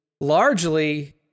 largely